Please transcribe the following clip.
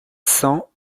cents